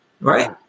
Right